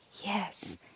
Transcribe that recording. yes